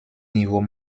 niveau